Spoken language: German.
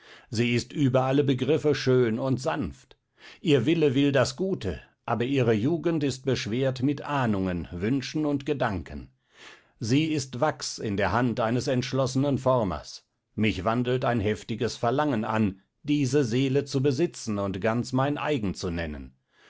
sie ist über alle begriffe schön und sanft ihr wille will das gute aber ihre jugend ist beschwert mit ahnungen wünschen und gedanken sie ist wachs in der hand eines entschlossenen formers mich wandelt ein heftiges verlangen an diese seele zu besitzen und ganz mein eigen zu nennen